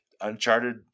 Uncharted